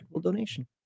donation